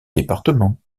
département